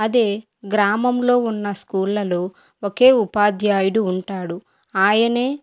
అదే గ్రామంలో ఉన్న స్కూళ్ళలో ఒకే ఉపాధ్యాయుడు ఉంటాడు ఆయనే